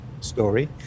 story